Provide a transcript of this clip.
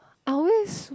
I always